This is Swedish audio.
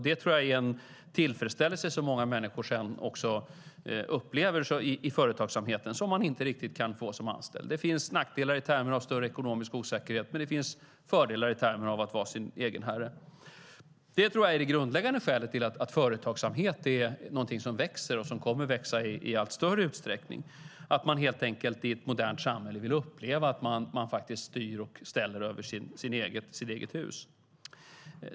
Det tror jag är en tillfredsställelse som många människor sedan också upplever i företagsamheten och som man inte riktigt kan få som anställd. Det finns nackdelar i termer av större ekonomisk osäkerhet, men det finns fördelar i termer av att vara sin egen herre. Jag tror att det grundläggande skälet till att företagsamhet är någonting som växer och som kommer att växa i allt större utsträckning är att man helt enkelt i ett modernt samhälle vill uppleva att man faktiskt styr över sitt eget hus.